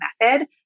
method